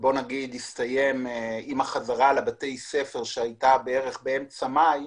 והסתיים עם החזרה לבתי הספר שהייתה באמצע מאי,